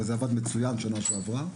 זה גם עבד מצוין בשנה שעברה.